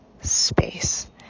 space